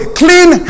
clean